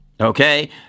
Okay